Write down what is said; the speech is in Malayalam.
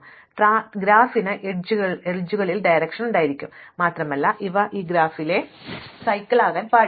അതിനാൽ ഈ ഗ്രാഫിന് അരികുകളിൽ ദിശകൾ ഉണ്ടാകും മാത്രമല്ല അവ ഈ ഗ്രാഫിലെ ചക്രങ്ങളാകാൻ പാടില്ല